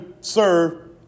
serve